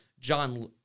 John